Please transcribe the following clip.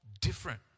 different